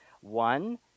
One